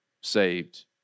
saved